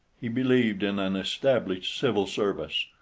he believed in an established civil service,